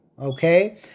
okay